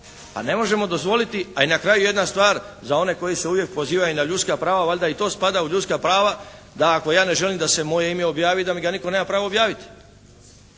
Pa ne možemo dozvoliti, a i na kraju jedna stvar za one koji se uvijek pozivaju na ljudska prava, valjda i to spada u ljudska prava da ako ja ne želim da se moje ime objavi da mi ga nitko nema pravo objaviti.